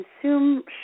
consume